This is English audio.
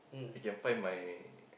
I can find my